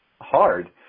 hard